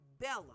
Bella